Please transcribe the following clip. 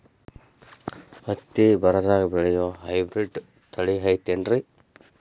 ಹತ್ತಿ ಬರದಾಗ ಬೆಳೆಯೋ ಹೈಬ್ರಿಡ್ ತಳಿ ಐತಿ ಏನ್ರಿ?